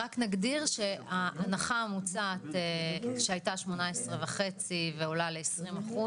רק נגדיר שההנחה המוצעת שהייתה 18.5% ועולה ל-20%,